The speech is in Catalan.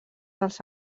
dels